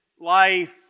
life